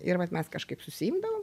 ir vat mes kažkaip susiimdavom